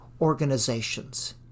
organizations